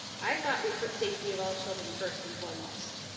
i thought we put safety of all children first and foremost.